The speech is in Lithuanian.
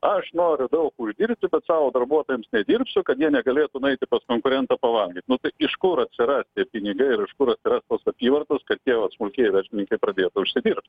aš noriu daug uždirbti bet savo darbuotojams nedirbsiu kad jie negalėtų nueiti pas konkurentą pavalgyt nu tai iš kur atsiras tie pinigai ir iš kur atsiras tos apyvartos kad tie vat smulkieji verslininkai pradėtų užsidirbt